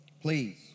Please